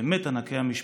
באמת ענקי המשפט,